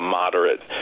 moderate